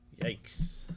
Yikes